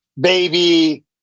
baby